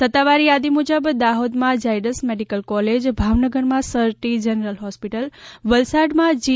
સત્તાવાર થાદી મુજબ દાહોદમાં ઝાયડસ મેડિકલ કોલેજ ભાવનગરમાં સર ટી જનરલ હોસ્પિટલ વલસાડમાં જી